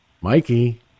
Mikey